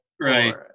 right